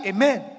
Amen